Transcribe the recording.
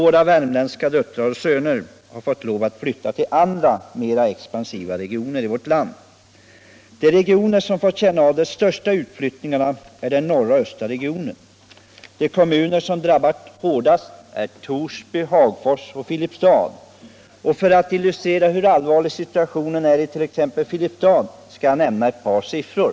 Våra värmländska döttrar och söner har fått lov att flytta till andra, mer expansiva regioner i vårt land. De regioner — Nr 134 söm fått känna av de största utflyttningarna är den norra och den östra Fredagen den regionen. De kommuner som drabbats hårdast är Torsby, Hagfors och 21 maj 1976 Filipstad. För att illustrera hur allvarlig situationen är i Filipstad skall = jag nämna ett par siffror.